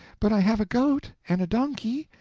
but i have a goat and a donkey,